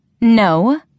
No